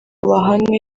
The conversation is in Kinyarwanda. bahanwe